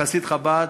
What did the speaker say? חסיד חב"ד,